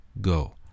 Go